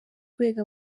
rwego